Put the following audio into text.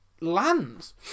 lands